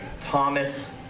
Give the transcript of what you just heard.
Thomas